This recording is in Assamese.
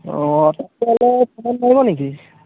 তেতিয়াহ'লে সিমান নোৱাৰিব নেকি